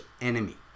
enemy